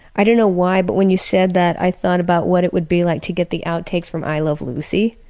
i don't know why but when you said that, i thought about what it would be like to get the outtakes from i love lucy.